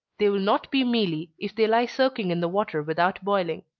they will not be mealy if they lie soaking in the water without boiling.